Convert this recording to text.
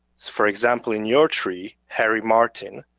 for example in your tree, harry martin,